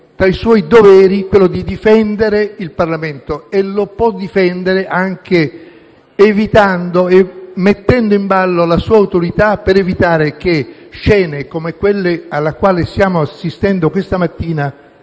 tra i suoi doveri quello di difendere il Parlamento. E questo lo può fare anche mettendo in ballo la sua autorità per evitare che scene come quelle alle quali stiamo assistendo questa mattina